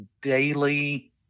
daily